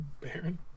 Baron